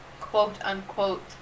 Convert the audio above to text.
quote-unquote